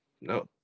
No